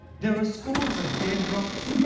there are scores of dead drops,